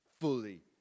fully